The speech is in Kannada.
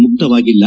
ಮುಕ್ತವಾಗಿಲ್ಲ